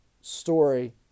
story